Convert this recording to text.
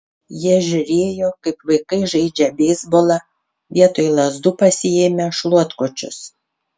jie žiūrėjo kaip vaikai žaidžia beisbolą vietoj lazdų pasiėmę šluotkočius